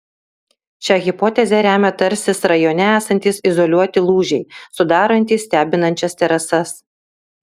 šią hipotezę remia tarsis rajone esantys izoliuoti lūžiai sudarantys stebinančias terasas